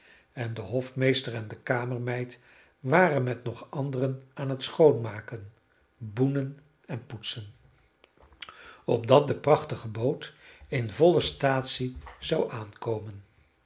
en de hofmeester en de kamermeid waren met nog anderen aan het schoonmaken boenen en poetsen opdat de prachtige boot in volle staatsie zou aankomen